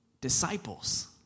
disciples